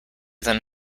than